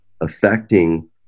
affecting